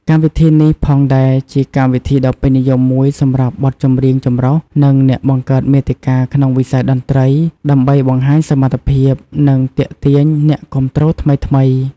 កម្មវិធីនេះផងដែរជាកម្មវិធីដ៏ពេញនិយមមួយសម្រាប់បទចម្រៀងចម្រុះ និងអ្នកបង្កើតមាតិកាក្នុងវិស័យតន្រ្តីដើម្បីបង្ហាញសមត្ថភាព និងទាក់ទាញអ្នកគាំទ្រថ្មីៗ។